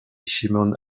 shimon